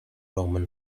roman